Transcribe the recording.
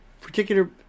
particular